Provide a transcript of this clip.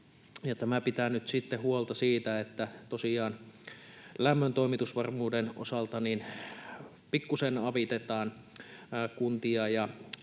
Tämä pitää nyt huolta siitä, että tosiaan lämmön toimitusvarmuuden osalta pikkuisen avitetaan kuntia